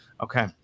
okay